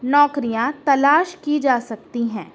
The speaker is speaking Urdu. نوکریاں تلاش کی جا سکتی ہیں